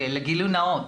לגילוי נאות.